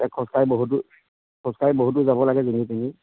এই খোজকাঢ়ি বহুত দূৰ খোজকাঢ়ি বহুত দূৰ যাব লাগে যেনিয়ে তেনিয়ে